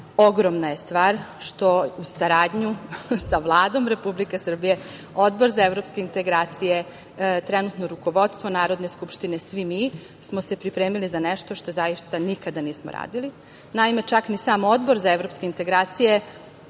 ogromna je stvar što uz saradnju sa Vladom Republike Srbije, Odbor za evropske integracije, trenutno rukovodstvo Narodne skupštine Republike Srbije i svi mi smo se pripremili za nešto što zaista nikada nismo radili, naime, čak ni sam Odbor za evropske integracije